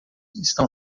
estão